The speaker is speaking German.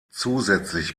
zusätzlich